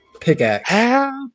pickaxe